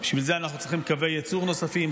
בשביל זה אנחנו צריכים קווי ייצור נוספים,